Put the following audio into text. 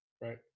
Right